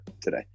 today